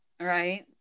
Right